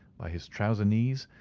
by his trouser knees,